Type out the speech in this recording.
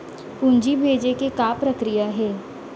पूंजी भेजे के का प्रक्रिया हे?